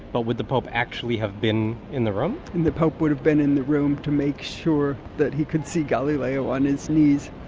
but would the pope actually have been in the room? the pope would have been in the room to make sure that he could see galileo on his knees.